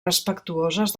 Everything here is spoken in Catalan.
respectuoses